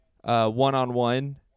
one-on-one